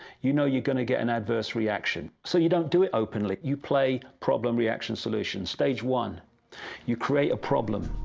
you know, you're gona get and adverse reaction so you don't do it openly, you play problem-reaction-solution. stage one you create a problem.